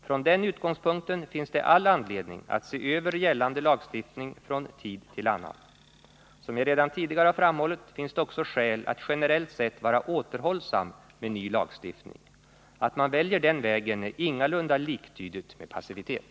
Från den utgångspunkten finns det all anledning att se över gällande lagstiftning från tid till annan. Som jag redan tidigare har framhållit finns det också skäl att generellt sett vara återhållsam med ny lagstiftning. Att man väljer den vägen är ingalunda liktydigt med passivitet.